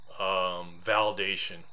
validation